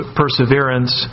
perseverance